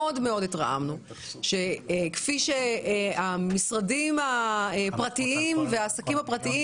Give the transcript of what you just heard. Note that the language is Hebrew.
כפי שהמשרדים הפרטיים והעסקים הפרטיים